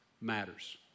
matters